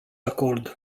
acord